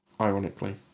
Ironically